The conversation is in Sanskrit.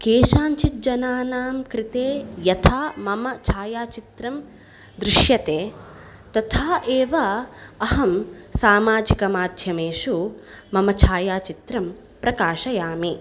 केषाञ्चिज्जनानां कृते यथा मम छायाचित्रं दृश्यते तथा एव अहं सामाजिकमाध्यमेषु मम छायाचित्रं प्रकाशयामि